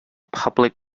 public